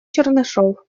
чернышев